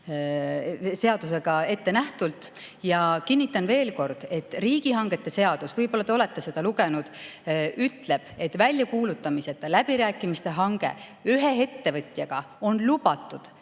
seadus ette näeb. Ma kinnitan veel kord, et riigihangete seadus, võib-olla te olete seda lugenud, ütleb, et väljakuulutamiseta läbirääkimistega hange ühe ettevõtjaga on lubatud.